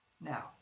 now